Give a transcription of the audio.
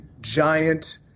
giant